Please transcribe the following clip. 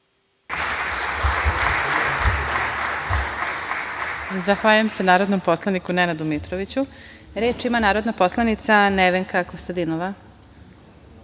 Zahvaljujem se narodnom poslaniku Nenadu Mitroviću. Reč ima narodna poslanica Nevenka Kostadinova. Izvolite.